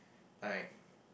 like